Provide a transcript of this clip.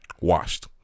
Washed